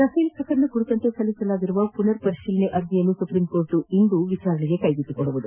Rafale ಪ್ರಕರಣ ಕುರಿತಂತೆ ಸಲ್ಲಿಸಲಾಗಿರುವ ಪುನರ್ ಪರಿಶೀಲನಾ ಅರ್ಜಿಯನ್ನು ಸುಪ್ರೀಂಕೋರ್ಟ್ ಇಂದು ವಿಚಾರಣೆಗೆ ಕೈಗೆತ್ತಿಕೊಳ್ಳಲಿದೆ